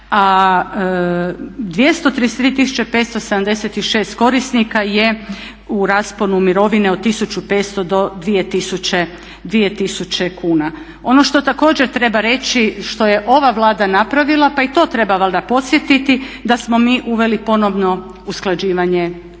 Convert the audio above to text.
tisuće 576 korisnika je u rasponu mirovine od 1.500 do 2.000 kuna. Ono što također treba reći što je ova Vlada napravila pa i to treba valjda podsjetiti da smo mi uveli ponovno usklađivanje mirovina.